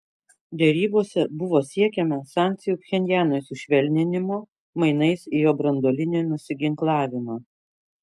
derybose buvo siekiama sankcijų pchenjanui sušvelninimo mainais į jo branduolinį nusiginklavimą